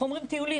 אומרים טיולים,